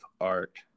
art